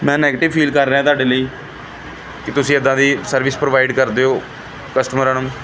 ਮੈਂ negative feel ਕਰ ਰਿਹਾ ਤੁਹਾਡੇ ਲਈ ਕਿ ਤੁਸੀਂ ਇੱਦਾਂ ਦੀ ਸਰਵਿਸ ਪ੍ਰੋਵਾਈਡ ਕਰਦੇ ਹੋ ਕਸਟਮਰਾਂ ਨੂੰ